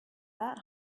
that